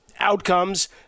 Outcomes